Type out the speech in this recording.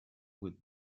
with